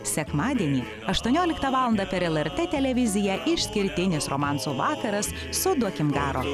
sekmadienį aštuonioliktą valandą per lrt televiziją išskirtinis romansų vakaras su duokim garo